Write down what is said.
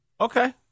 Okay